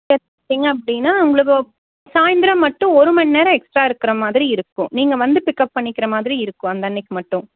சேர்த்திங்க அப்படின்னா உங்களுக்கு சாயந்திரம் மட்டும் ஒரு மணிநேரம் எக்ஸ்ட்ரா இருக்கிற மாதிரி இருக்கும் நீங்கள் வந்து பிக்அப் பண்ணிக்கிற மாதிரி இருக்கும் அந்தன்றைக்கு மட்டும்